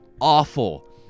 awful